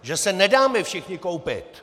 Že se nedáme všichni koupit!